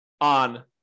on